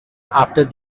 after